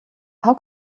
how